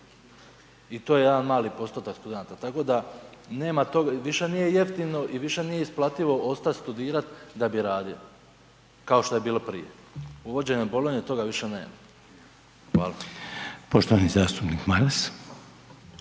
I to je jedan mali postotak studenata. Tako da nema tog, više nije jeftino i više nije isplativo ostat studirat da bi radio, kao što je bilo prije. Uvođenjem bolonje toga više nema. Hvala. **Reiner,